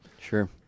Sure